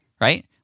right